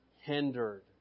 hindered